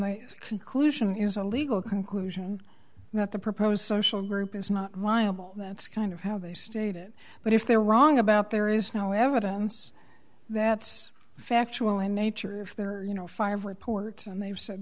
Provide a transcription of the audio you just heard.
the conclusion is a legal conclusion that the proposed social group is not while that's kind of how they state it but if they're wrong about there is no evidence that's factual in nature if there are you know five reports and they've said